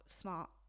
Smart